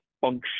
function